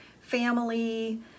family